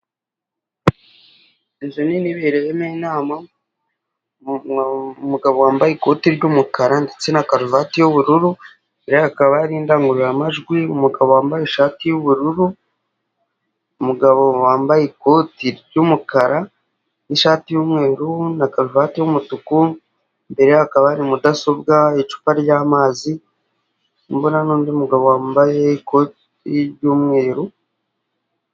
Inzu nini ibereyemo inama umugabo wambaye ikoti ry'umukara ndetse na karuvati y'ubururu rero hakaba ari indangururamajwi, umugabo wambaye ishati y'ubururu umugabo wambaye ikoti ry'umukara n'ishati y'umweru na karuvati y'umutuku, imbere hakaba hari mudasobwa, icupa ry'amazi ndimo ndabona undi mugabo wambaye ikoti ry'umweru.